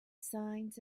signs